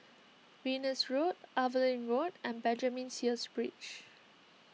Venus Road Evelyn Road and Benjamin Sheares Bridge